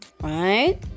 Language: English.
right